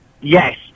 Yes